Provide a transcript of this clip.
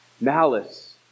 Malice